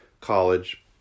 college